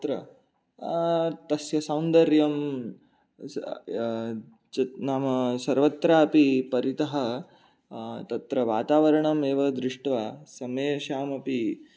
तत्र तस्य सौन्दर्यं नाम सर्वत्र अपि परितः तत्र वातावरणमेव दृष्ट्वा समेषामपि